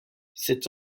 cet